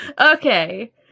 Okay